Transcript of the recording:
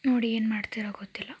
ನೋಡಿ ಏನು ಮಾಡ್ತಿರಾ ಗೊತ್ತಿಲ್ಲ